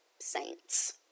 saints